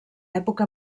època